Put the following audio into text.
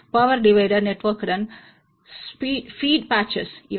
power divider நெட்வொர்க்குடன் feed பேட்ச்கள் இவை